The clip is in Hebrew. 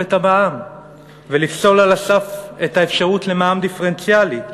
את המע"מ ולפסול על הסף את האפשרות למע"מ דיפרנציאלי?